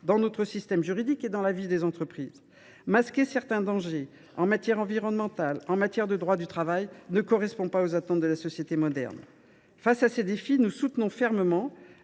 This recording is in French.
dans notre système juridique et dans la vie des entreprises. Masquer certains dangers en matière fiscale, environnementale ou de droit du travail, c’est aller à rebours des attentes de la société moderne. Face à ces défis, nous plaidons fermement